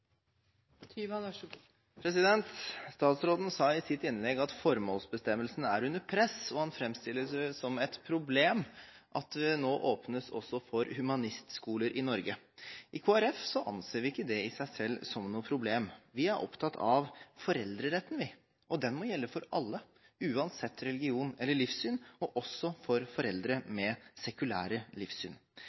Statsråden sa i sitt innlegg at formålsbestemmelsen er under press, og framstiller det som et problem at det nå også åpnes for humanistskoler i Norge. I Kristelig Folkeparti anser vi ikke det i seg selv som noe problem. Vi er opptatt av foreldreretten. Den må gjelde for alle, uansett religion eller livssyn – også for foreldre med et sekulært livssyn.